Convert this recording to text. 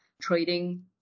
trading